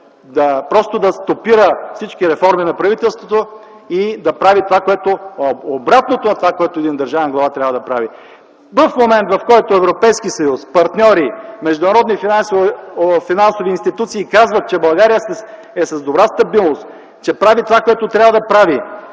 просто да стопира всички реформи на правителството и да прави обратното на това, което един държавен глава трябва да прави. В момент, в който Европейският съюз, партньори, международни финансови институции казват, че България е с добра стабилност, че прави това, което трябва да прави,